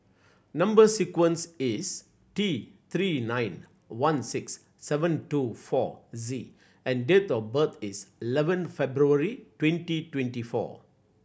number sequence is T Three nine one six seven two four Z and date of birth is eleven February twenty twenty four